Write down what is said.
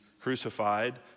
crucified